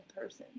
person